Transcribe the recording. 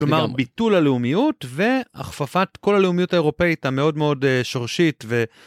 כלומר, ביטול הלאומיות והכפפת כל הלאומיות האירופאית המאוד מאוד שורשית.